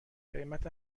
قیمت